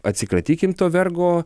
atsikratykim to vergo